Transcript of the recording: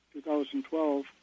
2012